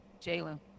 Jalen